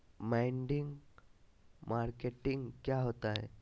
मंडी मार्केटिंग क्या होता है?